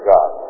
God